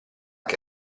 che